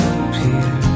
appear